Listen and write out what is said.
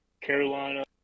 Carolina